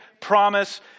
promise